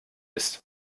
ist